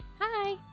Hi